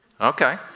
Okay